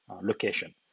location